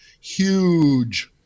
huge